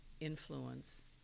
influence